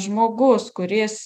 žmogus kuris